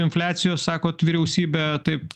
infliacijos sakot vyriausybė taip